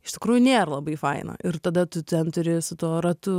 iš tikrųjų nėr labai faina ir tada tu ten turi su tuo ratu